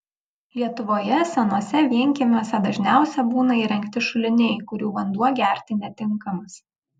lietuvoje senuose vienkiemiuose dažniausia būna įrengti šuliniai kurių vanduo gerti netinkamas